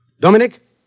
Dominic